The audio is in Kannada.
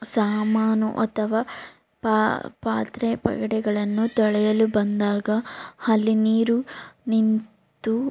ಸಾಮಾನು ಅಥವಾ ಪಾತ್ರೆ ಪಗಡೆಗಳನ್ನು ತೊಳೆಯಲು ಬಂದಾಗ ಹಲ್ಲಿ ನೀರು ನಿಂತು